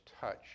touch